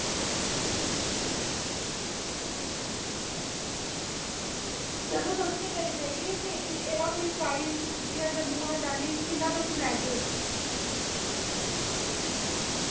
चलो तुस करी देगे एह्दा कोई प्राईज़ जियां जम्मू दा दिल्ली किन्ना तुस लैगे